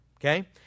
Okay